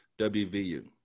WVU